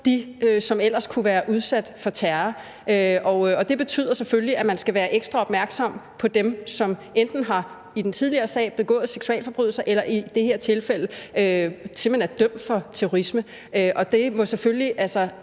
dem, som ellers kunne være udsat for terror. Og det betyder selvfølgelig, at man skal være ekstra opmærksom på dem, der enten som i den tidligere sag har begået seksualforbrydelser, eller dem, der i det her tilfælde simpelt hen er dømt for terrorisme. Og hensynet til